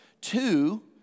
Two